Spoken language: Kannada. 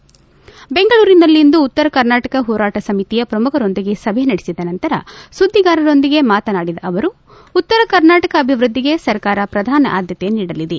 ದೆಂಗಳೂರಿನಲ್ಲಿಂದು ಉತ್ತರ ಕರ್ನಾಟಕ ಹೋರಾಟ ಸಮಿತಿ ಪ್ರಮುಖರೊಂದಿಗೆ ಸಭೆ ನಡೆಸಿದ ನಂತರ ಸುದ್ದಿಗಾರರೊಂದಿಗೆ ಮಾತನಾಡಿದ ಅವರು ಉತ್ತರ ಕರ್ನಾಟಕ ಅಭಿವೃದ್ದಿ ಸರ್ಕಾರ ಪ್ರಧಾನ ಆದ್ಯತೆ ನೀಡಲಿದೆ